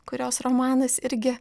kurios romanas irgi